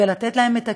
ולתת להם את הכלים,